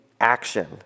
action